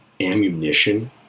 ammunition